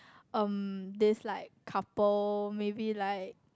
um this like couple maybe like